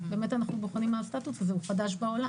אנחנו בוחנים מה הסטטוס הזה, הוא חדש בעולם.